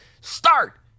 start